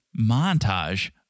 montage